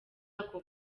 ako